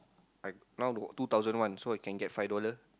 I now got two thousand one so I can get five dollar